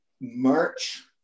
March